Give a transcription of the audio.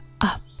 up